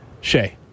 Shay